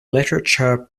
literature